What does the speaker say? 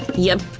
yep,